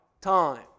time